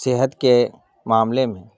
صحت کے معاملے میں